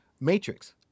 Matrix